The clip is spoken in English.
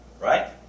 Right